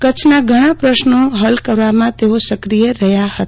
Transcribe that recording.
કચ્છના ઘણા પ્રશ્નો હલ કરવા અંગે સક્રીય રહ્યા હતા